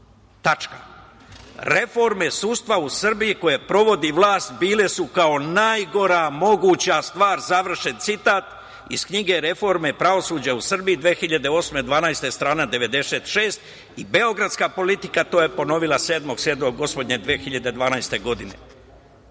Reforme sudstva u Srbiji koje provodi vlast bile su kao najgora moguća stvar. Završen citat iz knjige „Reforme pravosuđa u Srbiji 2008/2012“, strana 96 i beogradska Politika je to ponovila 7. jula 2012. godine,